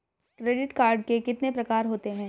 Credit card कितने प्रकार के होते हैं?